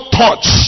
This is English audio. touch